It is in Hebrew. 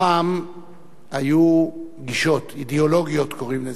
פעם היו גישות אידיאולוגיות, קוראים לזה.